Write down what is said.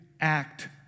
act